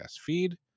feed